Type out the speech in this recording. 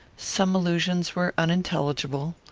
some allusions were unintelligible.